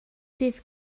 bydd